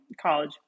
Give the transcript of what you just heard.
college